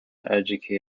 educate